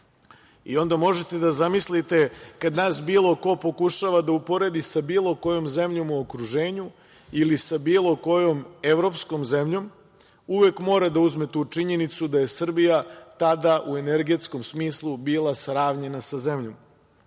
Onda možete da zamislite kada nas bilo ko pokušava da uporedi sa bilo kojom zemljom u okruženju ili sa bilo kojom evropskom zemljom. Uvek mora da uzme tu činjenicu da je Srbija tada u energetskom smislu bila sravnjena sa zemljom. Ali